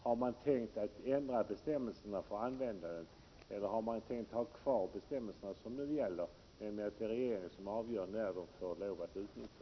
Har man tänkt ändra bestämmelserna för användandet, eller har man tänkt ha kvar de bestämmelser som nu gäller och som stipulerar att det är regeringen som avgör när pengarna får utnyttjas?